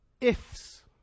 ifs